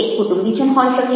તે કુટુંબીજન હોઈ શકે